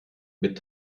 mit